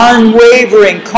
Unwavering